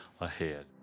ahead